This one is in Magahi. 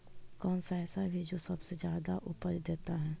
कौन सा ऐसा भी जो सबसे ज्यादा उपज देता है?